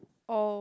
oh